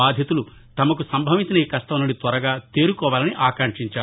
బాధితులు తమకు సంభవించిన ఈ కష్ణం నుండి త్వరగా తేరుకోవాలని ఆకాంక్షించారు